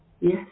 Yes